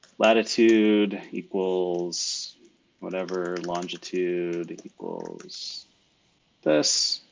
latitude equals whatever longitude equals this.